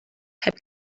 heb